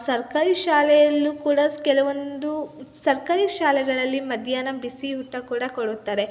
ಸರ್ಕಾರಿ ಶಾಲೆಯಲ್ಲೂ ಕೂಡ ಸ್ ಕೆಲವೊಂದು ಸರ್ಕಾರಿ ಶಾಲೆಗಳಲ್ಲಿ ಮಧ್ಯಾಹ್ನ ಬಿಸಿಯೂಟ ಕೂಡ ಕೊಡುತ್ತಾರೆ